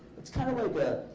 that's kind of a